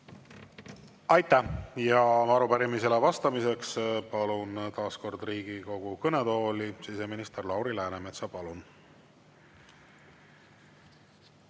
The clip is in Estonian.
Aitäh! Aitäh! Arupärimisele vastamiseks palun taas kord Riigikogu kõnetooli siseminister Lauri Läänemetsa. Palun!